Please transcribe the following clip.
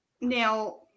Now